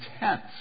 intense